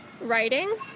writing